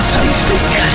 Tasting